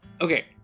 Okay